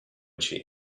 she